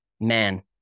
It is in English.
Man